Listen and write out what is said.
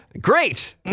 Great